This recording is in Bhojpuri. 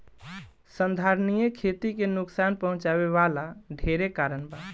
संधारनीय खेती के नुकसान पहुँचावे वाला ढेरे कारण बा